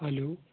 hello